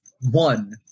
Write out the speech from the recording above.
one